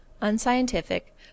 unscientific